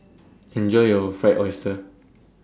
Enjoy your Fried Oyster